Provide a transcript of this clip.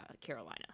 Carolina